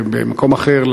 במקום אחר,